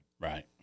Right